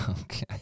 Okay